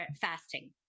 fasting